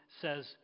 says